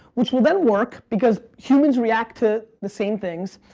which will then work because humans react to the same things,